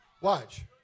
watch